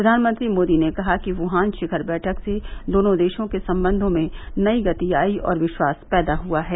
प्रधानमंत्री मोदी ने कहा कि वुहान शिखर बैठक से दोनों देशों के संबंधों में नई गति आई और विश्वास पैदा हुआ है